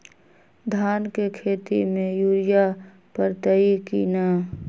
धान के खेती में यूरिया परतइ कि न?